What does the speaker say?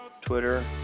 Twitter